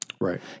Right